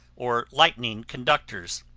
or lightning conductors,